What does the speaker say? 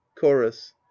chorus